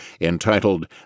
entitled